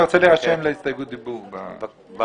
אני רוצה להירשם להסתייגות דיבור במליאה.